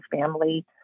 family